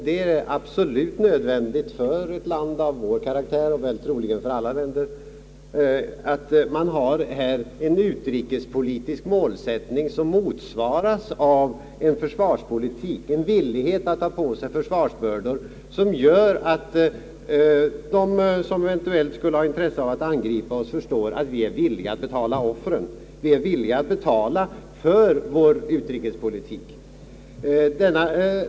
Det är absolut nödvändigt för ett land av vår karaktär att man har en utrikespolitisk målsättning som motsvaras av en försvarspolitik som innebär villighet att ta på sig försvarsbördor som gör att de som eventuellt skulle ha intresse av att angripa oss förstår att vi är villiga att betala offren, villiga att betala för vår utrikespolitik.